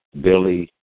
Billy